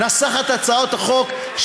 נסחת הצעות החוק,